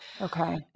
Okay